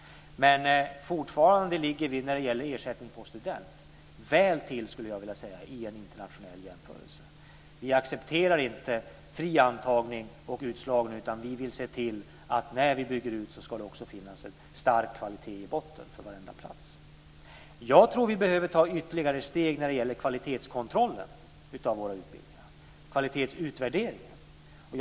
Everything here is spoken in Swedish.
Men fortfarande ligger vi väl till när det gäller ersättning per student vid en internationell jämförelse. Vi accepterar inte fri antagning och utslagning, utan vi vill se till att när vi bygger ut ska varenda plats ha en stark kvalitet i botten. Jag tror att vi behöver ta ytterligare steg när det gäller kvalitetskontrollen av våra utbildningar - kvalitetsutvärderingen.